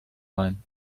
mine